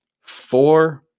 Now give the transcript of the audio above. four